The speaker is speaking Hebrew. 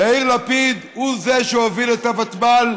יאיר לפיד הוא זה שהוביל את הוותמ"ל,